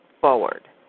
forward